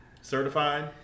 certified